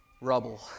rubble